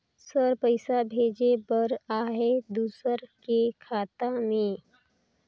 Sir पइसा भेजे बर आहाय दुसर के खाता मे?